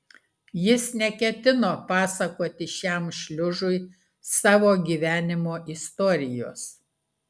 jis neketino pasakoti šiam šliužui savo gyvenimo istorijos